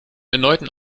erneuten